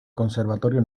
conservatorio